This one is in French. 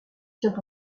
tient